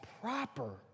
proper